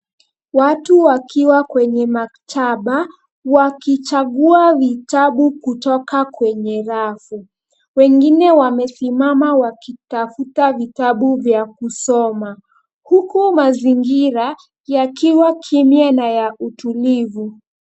Watu wakiwa kwenye maktaba, wakichagua vitabu kutoka kwenye rafu. Wengine wamesimama wakitafuta vitabu vya kusoma. Huku mazingira yakiwa kimwa na ya utulivu.